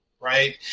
right